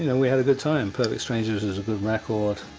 and we had a good time, perfect strangers is a good record.